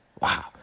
Wow